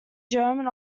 german